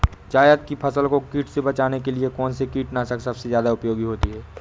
जायद की फसल को कीट से बचाने के लिए कौन से कीटनाशक सबसे ज्यादा उपयोगी होती है?